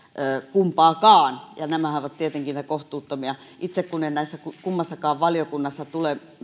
kumpaakaan nämähän ovat tietenkin niitä kohtuuttomia itse kun en näissä kummassakaan valiokunnassa